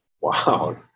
Wow